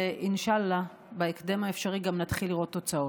אינשאללה, בהקדם האפשרי גם נתחיל לראות תוצאות.